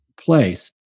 place